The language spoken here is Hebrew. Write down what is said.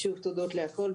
שוב תודות להכל,